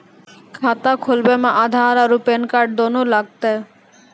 खाता खोलबे मे आधार और पेन कार्ड दोनों लागत?